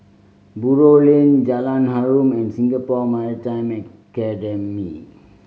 Buroh Lane Jalan Harum and Singapore Maritime Academy